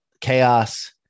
chaos